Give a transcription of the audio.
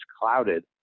clouded